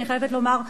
אני חייבת לומר,